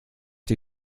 die